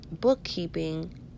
bookkeeping